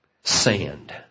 sand